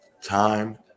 time